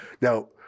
Now